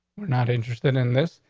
we're not interested in this.